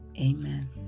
amen